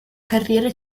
carriera